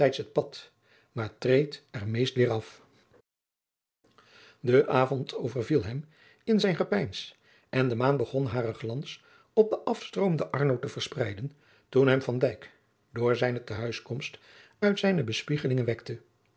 pad maar treedt er meest weêr af de avond overviel hem in zijn gepeins en de maan begon haren glans op de afstroomende arno te verspreiden toen hem van dijk door zijne te huis komst uit zijne bespiegelingen wekte